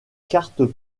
cartes